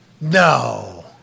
No